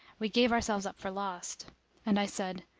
we gave ourselves up for lost and i said,